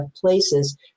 places